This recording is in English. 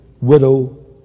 widow